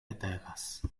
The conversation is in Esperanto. petegas